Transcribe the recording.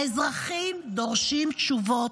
האזרחים דורשים תשובות,